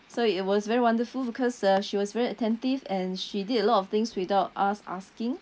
so it was very wonderful because uh she was very attentive and she did a lot of things without us asking